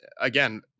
again